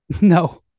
No